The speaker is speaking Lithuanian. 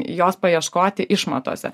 jos paieškoti išmatose